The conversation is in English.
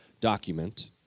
document